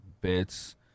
bits